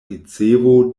ricevo